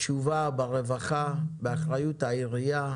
תשובה ברווחה, באחריות העירייה,